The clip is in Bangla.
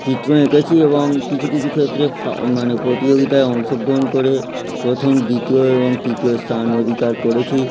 চিত্র এঁকেছি এবং কিছু কিছু ক্ষেত্রে ফা মানে প্রতিযোগিতায় অংশগ্রহণ করে প্রথম দ্বিতীয় এবং তিতীয় স্থান অধিকার করেছি